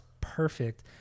perfect